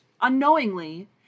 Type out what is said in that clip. unknowingly